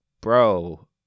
bro